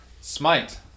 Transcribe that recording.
Smite